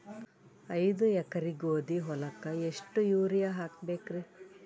ಐದ ಎಕರಿ ಗೋಧಿ ಹೊಲಕ್ಕ ಎಷ್ಟ ಯೂರಿಯಹಾಕಬೆಕ್ರಿ?